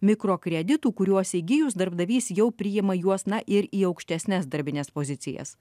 mikrokreditų kuriuos įgijus darbdavys jau priima juos na ir į aukštesnes darbines pozicijas